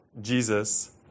Jesus